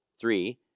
Three